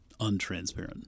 untransparent